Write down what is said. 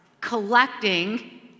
collecting